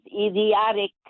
idiotic